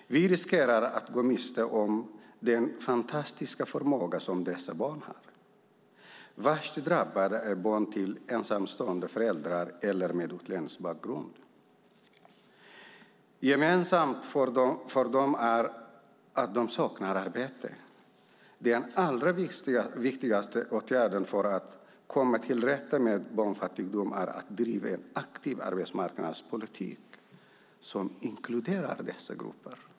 Vi riskerar att gå miste om den fantastiska förmåga som dessa barn har. Värst drabbade är barn till ensamstående föräldrar eller föräldrar med utländsk bakgrund. Gemensamt för dessa föräldrar är att de saknar arbete. Den allra viktigaste åtgärden för att komma till rätta med barnfattigdomen är att vi bedriver en aktiv arbetsmarknadspolitik som inkluderar dessa grupper.